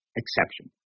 exception